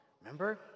Remember